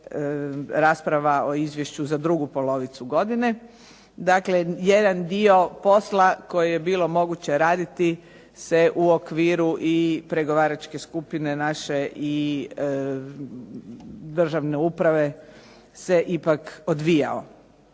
rasprava o izvješću za drugu polovicu godine. Dakle, jedan dio posla koji je bilo moguće raditi se u okviru i pregovaračke skupine naše i državne uprave se ipak odvijao.